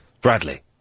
Bradley